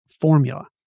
formula